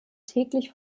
täglich